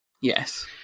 Yes